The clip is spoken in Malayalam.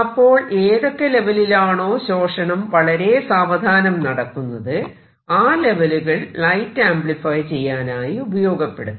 അപ്പോൾ ഏതൊക്കെ ലെവലിലാണോ ശോഷണം വളരെ സാവധാനം നടക്കുന്നത് ആ ലെവലുകൾ ലൈറ്റ് ആംപ്ലിഫൈ ചെയ്യാനായി ഉപയോഗപ്പെടുത്താം